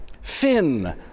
fin